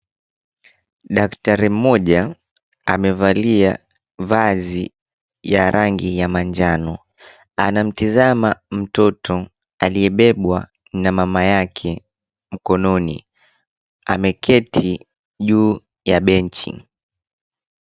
Daktari mmoja amevalia vazi ya rangi ya manjano. 𝐴namtizama mtoto aliyebebwa na mama yake mkononi. Ameketi juu ya benchi.